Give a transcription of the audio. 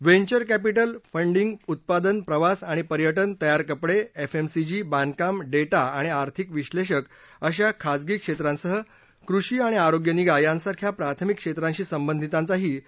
venture capital funding उत्पादन प्रवास आणि पर्याज़ तयार कपडे एफएमसीजी बांधकाम डेठी आणि आर्थिक विश्लेषक अशा खाजगी क्षेत्रांसह कृषी आणि आरोग्य निगा यांसारख्या प्राथमिक क्षेत्रांशी संबधितांचाही बैठकीत सहभाग आहे